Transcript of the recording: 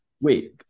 Wait